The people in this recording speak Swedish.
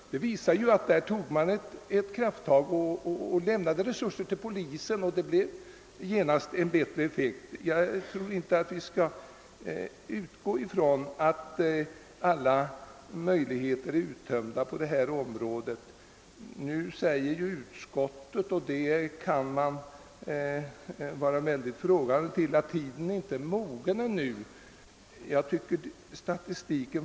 I det fallet gavs åt polisen bättre resurser, och situationen blev genast ljusare. Vi bör nog inte utgå från att alla möjligheter är tillvaratagna på detta område. Utskottet anser att tiden ännu inte är mogen. Detta uttalande ställer jag mig mycket frågande till.